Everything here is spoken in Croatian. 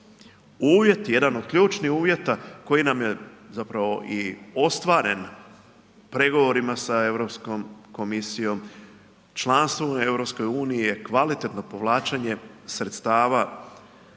Uvjeti, jedan od ključnih uvjeta koji nam je zapravo i ostvaren sa pregovorima sa Europskom komisijom, članstvo u EU je kvalitetno povlačenje sredstava